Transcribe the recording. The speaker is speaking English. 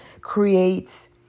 creates